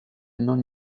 non